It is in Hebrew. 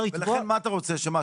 ולכן מה אתה רוצה, שמה?